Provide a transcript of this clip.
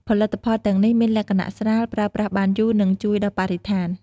ផលិតផលទាំងនេះមានលក្ខណៈស្រាល ប្រើប្រាស់បានយូរ និងជួយដល់បរិស្ថាន។